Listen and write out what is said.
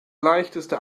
leichteste